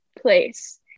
place